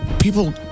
people